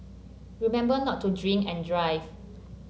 remember not to drink and drive